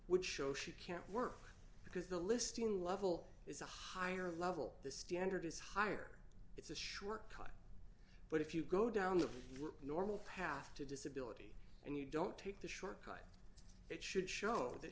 would show she can't work because the listing level is a higher level the standard is higher it's a short cut but if you go down the normal path to disability and you don't take that it should show that